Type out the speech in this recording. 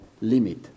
limit